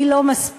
היא לא מספקת,